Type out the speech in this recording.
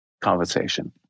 conversation